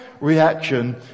reaction